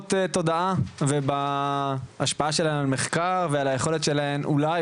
מרחיבות תודעה ובהשפעה שלהם על המחקר ועל היכולת שלהן אולי,